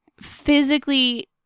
physically